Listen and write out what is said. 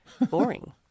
boring